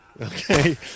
Okay